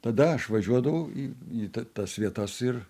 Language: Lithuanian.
tada aš važiuodavau į į t tas vietas ir